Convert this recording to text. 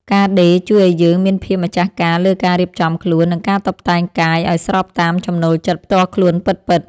ការដេរជួយឱ្យយើងមានភាពម្ចាស់ការលើការរៀបចំខ្លួន និងការតុបតែងកាយឱ្យស្របតាមចំណូលចិត្តផ្ទាល់ខ្លួនពិតៗ។